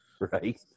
right